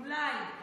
אולי.